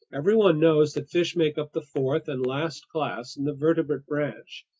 everyone knows that fish make up the fourth and last class in the vertebrate branch.